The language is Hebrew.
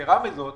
יתרה מזאת,